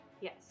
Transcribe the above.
yes